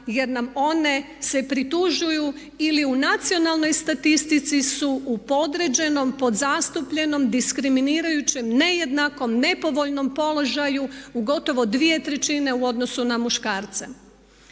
jer nam one se pritužuju ili u nacionalnoj statistici su u podređenom, podzastupljenom, diskriminirajućem ne jednakom, nepovoljnom položaju u gotovo dvije trećine u odnosu na muškarca.